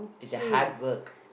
it their hard work